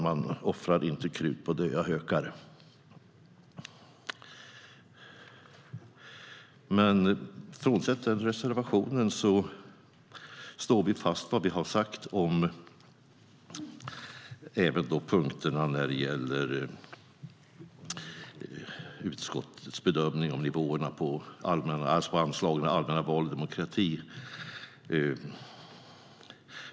Man offrar inte krut på döda hökar.Frånsett den reservationen står vi fast vid vad vi har sagt om utskottets bedömning av nivåerna på anslaget Allmänna val och demokrati.